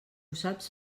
saps